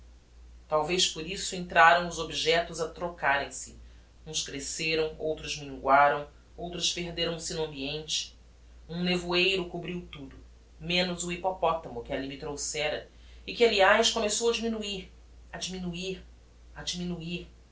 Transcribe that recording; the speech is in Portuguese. talvez por isso entraram os objectos a trocarem se uns cresceram outros minguaram outros perderam-se no ambiente um nevoeiro cobriu tudo menos o hippopotamo que alli me trouxera e que aliás começou a diminuir a diminuir a diminuir